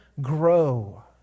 grow